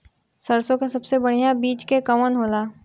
सरसों क सबसे बढ़िया बिज के कवन होला?